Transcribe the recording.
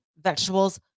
vegetables